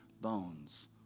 bones